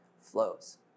flows